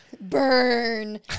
Burn